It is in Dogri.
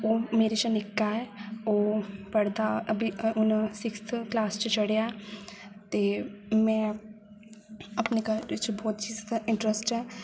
ओह् मेरे शा निक्का ऐ ओह् पढ़दा अभी हून सिक्स्थ क्लास च चड़ेआ ऐ ते में अपने घर च बोहत चीज का इंटरेस्ट ऐ